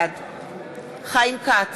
בעד חיים כץ,